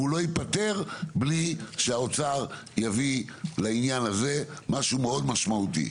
והוא לא ייפתר בלי שהאוצר יביא לעניין הזה משהו מאוד משמעותי.